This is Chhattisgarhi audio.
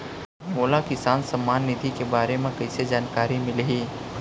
मोला किसान सम्मान निधि के बारे म कइसे जानकारी मिलही?